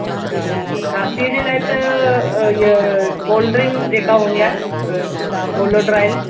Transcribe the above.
अच्छा खांसी जे लाइ त इहा कोल्ड ड्रिंक जेका हूंदी आहे कोलोड्राइल